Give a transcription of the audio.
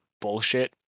bullshit